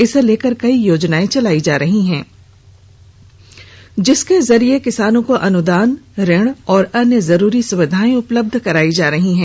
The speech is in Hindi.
इसे लेकर कई योजनाएं चलाई जा रही है जिसके जरिए किसानों को अनुदान ऋण और अन्य जरूरी सुविधाएं उपलब्ध कराई जा रही हैं